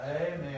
Amen